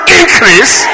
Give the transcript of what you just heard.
increase